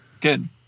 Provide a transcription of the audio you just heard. Good